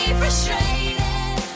frustrated